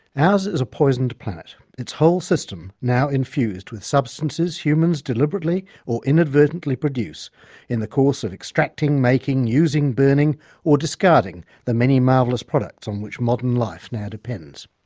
ours is a poisoned planet, its whole system now infused with substances humans deliberately or inadvertently produce in the course of extracting, making, using, burning or discarding the many marvellous products on which modern life now depends.